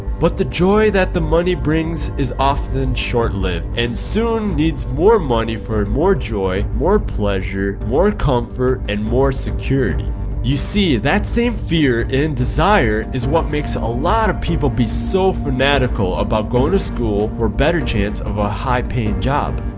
but the joy that the money brings is often short-lived and soon needs more money for more joy, more pleasure, more comfort, and more security. you see that same fear and desire is what makes a lot of people be so fanatical about going to school for a better chance of a high paying job,